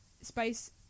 spice